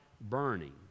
burning